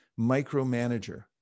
micromanager